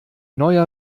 neuer